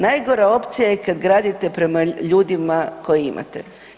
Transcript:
Najgora opcija je kad gradite prema ljudima koje imate.